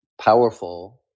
powerful